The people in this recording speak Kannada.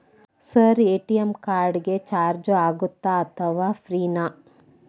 ಸರ್ ಎ.ಟಿ.ಎಂ ಕಾರ್ಡ್ ಗೆ ಚಾರ್ಜು ಆಗುತ್ತಾ ಅಥವಾ ಫ್ರೇ ನಾ?